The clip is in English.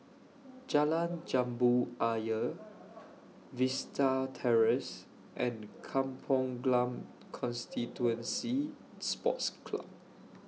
Jalan Jambu Ayer Vista Terrace and Kampong Glam Constituency Sports Club